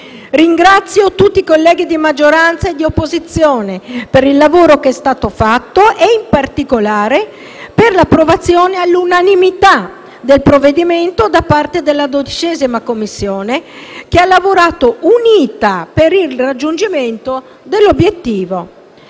Ringrazio tutti i colleghi di maggioranza e di opposizione per il lavoro che è stato fatto e, in particolare, per l'approvazione all'unanimità del provvedimento da parte della 12a Commissione, che ha lavorato unita per il raggiungimento dell'obiettivo.